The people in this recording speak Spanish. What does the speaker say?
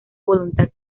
voluntad